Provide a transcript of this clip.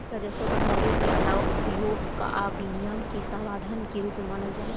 राजस्व बढ़ावे के आलावा उपभोग आ विनियम के साधन के रूप में मानल जाला